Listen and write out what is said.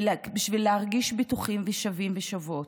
בשביל להרגיש בטוחים, שווים ושוות.